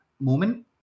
moment